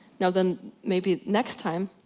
now, then maybe next time,